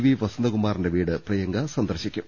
V വസന്തകുമാറിന്റെ വീട് പ്രിയങ്ക സന്ദർശിക്കും